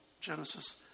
Genesis